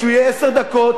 שהוא יהיה עשר דקות,